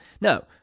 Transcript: No